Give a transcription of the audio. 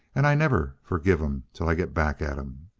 and i never forgive em till i get back at em.